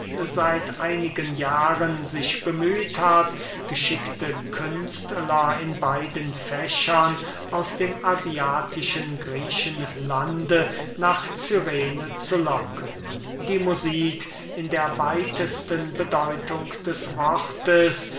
seit einigen jahren sich bemüht hat geschickte künstler in beiden fächern aus dem asiatischen griechenlande nach cyrene zu locken die musik in der weitesten bedeutung des wortes